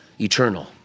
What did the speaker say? eternal